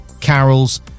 carols